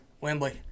Wembley